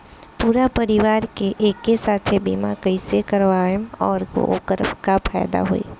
पूरा परिवार के एके साथे बीमा कईसे करवाएम और ओकर का फायदा होई?